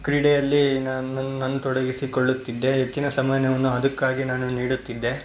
ಕ್ರೀಡೆಯಲ್ಲಿ ನನ್ನನ್ನು ನಾನು ತೊಡಗಿಸಿಕೊಳ್ಳುತ್ತಿದ್ದೆ ಹೆಚ್ಚಿನ ಸಮನ್ಯವನ್ನು ಅದಕ್ಕಾಗಿ ನಾನು ನೀಡುತ್ತಿದ್ದೆ